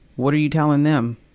what are you telling them?